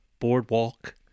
Boardwalk